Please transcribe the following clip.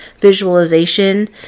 visualization